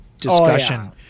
discussion